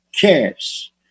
cash